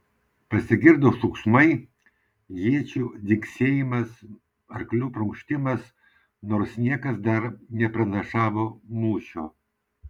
pasigirdo šūksmai iečių dzingsėjimas arklių prunkštimas nors niekas dar nepranašavo mūšio